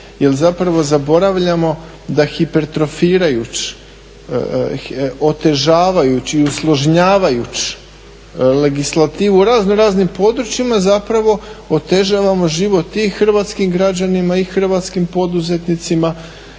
jer zapravo zaboravljamo da hipertrofirajući, otežavajući i … legislativu raznoraznim područjima zapravo otežavamo život i hrvatskim građanima i hrvatskim poduzetnicima,